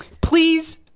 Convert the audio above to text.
Please